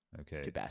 Okay